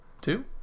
Two